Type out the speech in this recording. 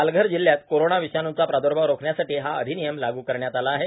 पालघर जिल्ह्यात कोरोना विषाणूचा प्राद्र्भाव रोखण्यासाठी हा अधिनियम लागू करण्यात आला आहे